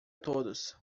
todos